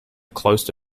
close